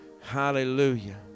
Hallelujah